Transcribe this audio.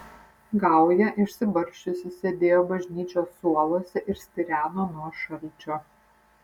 gauja išsibarsčiusi sėdėjo bažnyčios suoluose ir stireno nuo šalčio